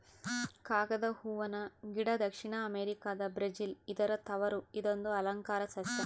ಕಾಗದ ಹೂವನ ಗಿಡ ದಕ್ಷಿಣ ಅಮೆರಿಕಾದ ಬ್ರೆಜಿಲ್ ಇದರ ತವರು ಇದೊಂದು ಅಲಂಕಾರ ಸಸ್ಯ